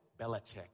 Belichick